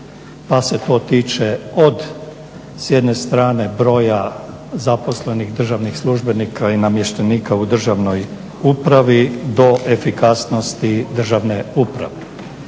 Pa se to tiče od s jedne strane broja zaposlenih državnih službenika i namještenika u državnoj upravi do efikasnosti državne uprave.